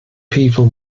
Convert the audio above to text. people